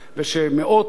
ושמאות,